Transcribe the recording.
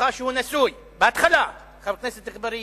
הוכחה שהוא נשוי, בהתחלה, חבר הכנסת אגבאריה,